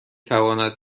تواند